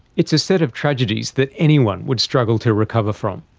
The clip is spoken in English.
it's a set of tragedies that anyone would struggle to recover from.